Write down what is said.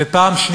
ו-2.